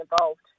involved